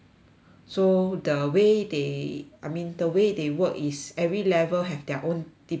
so the way they I mean the way they work is every level have their own department